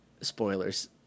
Spoilers